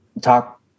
talk